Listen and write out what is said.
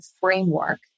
framework